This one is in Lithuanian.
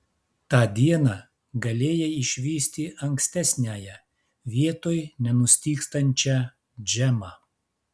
tą dieną galėjai išvysti ankstesniąją vietoj nenustygstančią džemą